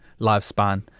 lifespan